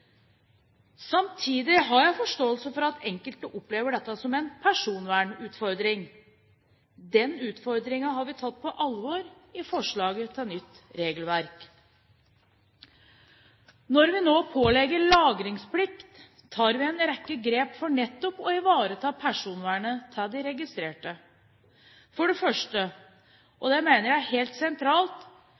Samtidig har jeg forståelse for at enkelte opplever dette som en personvernutfordring. Den utfordringen har vi tatt på alvor i forslaget til nytt regelverk. Når vi nå pålegger lagringsplikt, tar vi en rekke grep for nettopp å ivareta personvernet til de registrerte. For det første, og det mener jeg er helt sentralt,